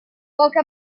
poche